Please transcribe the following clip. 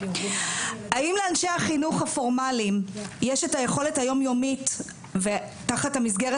האם לאנשי החינוך הפורמליים יש את היכולת היום יומית תחת המסגרת